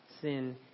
sin